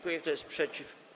Kto jest przeciw?